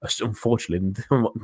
unfortunately